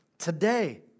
today